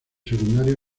secundarios